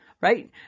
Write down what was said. Right